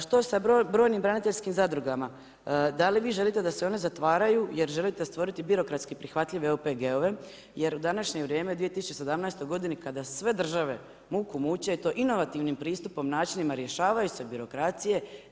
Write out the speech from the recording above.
Što sa brojnim braniteljskim zadrugama, da li vi želite da se one zatvaraju jer želite stvoriti birokratski prihvatljive OPG-ove jer u današnje vrijeme u 2017. godini kada sve države muku muče i to inovativnim pristupom, načinima rješavaju se birokracije.